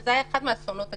זה היה אחד מהאסונות הגדולים.